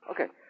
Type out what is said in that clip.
Okay